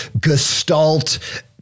gestalt